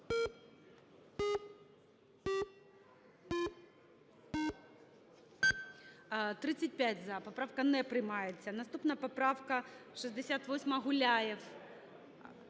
За-35 Поправка не приймається. Наступна поправка 68, Гуляєв.